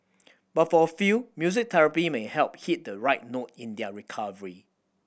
but for a few music therapy may help hit the right note in their recovery